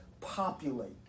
populate